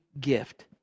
gift